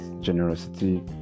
generosity